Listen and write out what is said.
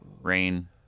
rain